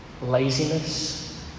Laziness